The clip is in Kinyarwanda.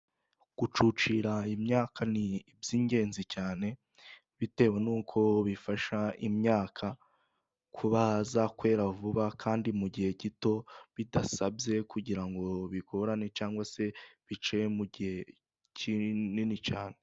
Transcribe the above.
Gucucira imyaka ni iby'ingenzi cyane bitewe n'uko bifasha imyaka kuba yakwera vuba kandi mu gihe gito. Bidasabye kugira ngo bigorane cyangwa se bice mu gihe kinini cyane.